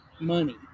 money